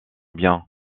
bien